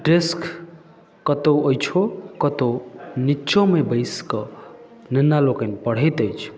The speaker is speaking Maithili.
डेस्क कतौ अछियो कतौ नीचोमे बैस कऽ नेना लोकनि पढैत अछि